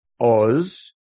Oz